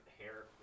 hair